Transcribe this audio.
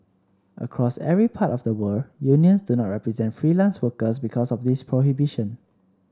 across every part of the world unions do not represent freelance workers because of this prohibition